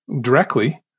directly